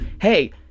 hey